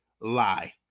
lie